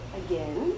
again